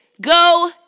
go